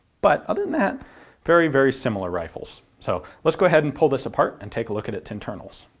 but other than that very, very similar rifles. so let's go ahead and pull this apart and take a look at its internals.